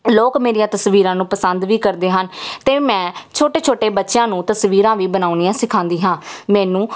ਲੋਕ ਮੇਰੀਆਂ ਤਸਵੀਰਾਂ ਨੂੰ ਪਸੰਦ ਵੀ ਕਰਦੇ ਹਨ ਅਤੇ ਮੈਂ ਛੋਟੇ ਛੋਟੇ ਬੱਚਿਆਂ ਨੂੰ ਤਸਵੀਰਾਂ ਵੀ ਬਣਾਉਣੀਆਂ ਸਿਖਾਉਂਦੀ ਹਾਂ ਮੈਨੂੰ